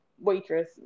waitress